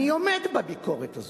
אני עומד בביקורת הזאת,